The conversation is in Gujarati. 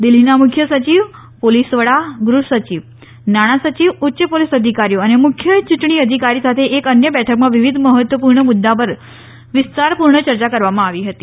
દિલ્હીના મુખ્ય સચિવ પોલીસ વડાગૃહ સચિવ નાણા સચિવ ઉચ્ય પોલીસ અધિકારીઓ અને મુખ્ય ચુંટણી અધિકારી સાથે એક અન્ય બેઠકમાં વિવિધ મફત્વપુર્ણ મુદ્દા પર વિસ્તારપુર્ણ ચર્ચા કરવામાં આવી હતી